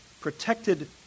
protected